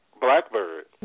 Blackbird